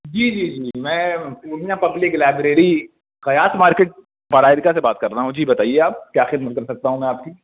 جی جی جی جی میں پورنیہ پبلک لائبریری قیاس مارکیٹ باڑا عید گاہ سے بات کر رہا ہوں جی بتائیے آپ کیا خدمت کر سکتا ہوں میں آپ کی